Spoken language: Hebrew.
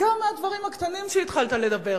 משאל עם.